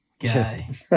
guy